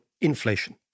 inflation